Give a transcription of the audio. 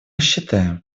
считаем